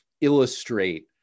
illustrate